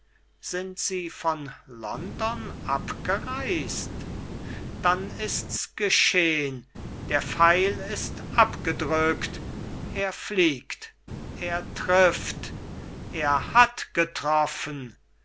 sind sie von london abgereist dann ist's geschehn der pfeil ist abgedrückt er fliegt er trifft er hat getroffen